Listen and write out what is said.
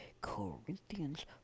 Corinthians